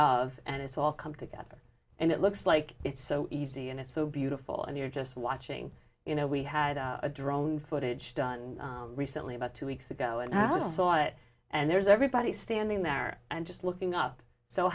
of and it's all come together and it looks like it's so easy and it's so beautiful and you're just watching you know we had a drone footage done recently about two weeks ago and i was also on it and there's everybody standing there and just looking up so